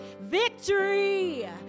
victory